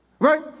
Right